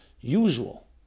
usual